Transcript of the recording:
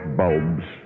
bulbs